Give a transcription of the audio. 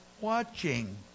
watching